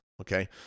Okay